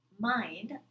mind